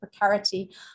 precarity